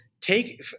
Take